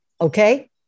Okay